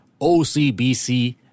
OCBC